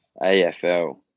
AFL